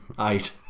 eight